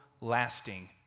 lasting